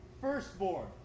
firstborn